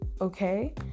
okay